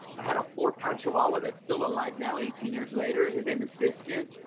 i had a four pound chihuahua that's still alive now. eighteen years later, his name is biscuit.